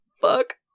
Fuck